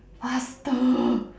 faster